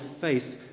face